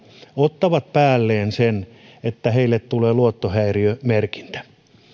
ottavat päälleen sen että heille tulee luottohäiriömerkintä